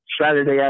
Saturday